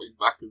back